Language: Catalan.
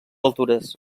altures